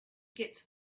gets